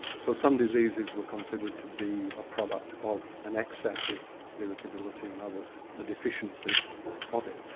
so some diseases were considered to be a product of an excess of irritability and others a deficiency of it.